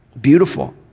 Beautiful